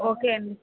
okay అండీ